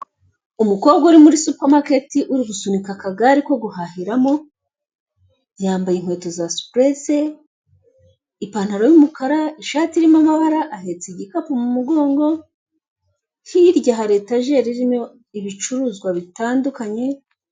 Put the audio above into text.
Umukobwa uri muri supamaketi uri gusunika akagare ko guhahiramo yambaye inkweto za sipurese, ipantaro y'umukara ishati irimo amabara ahetse igikapu mu mugongo hirya hari etajeri irimo ibicuruzwa bitandukanye.